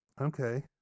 Okay